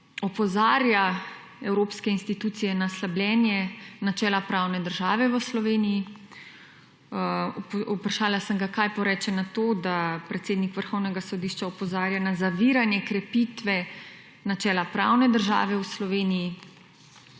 opozarja evropske institucije na slabljenje načela pravne države v Sloveniji. Vprašala sem ga, kaj poreče na to, da predsednik Vrhovnega sodišča opozarja na zaviranje krepitve načela pravne države v Sloveniji.